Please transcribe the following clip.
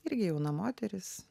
irgi jauna moteris